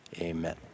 amen